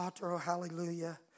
Hallelujah